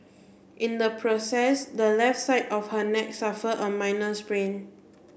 in the process the left side of her neck suffered a minor sprain